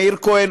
מאיר כהן,